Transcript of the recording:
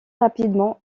rapidement